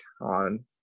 on